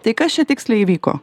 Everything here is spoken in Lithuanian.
tai kas čia tiksliai įvyko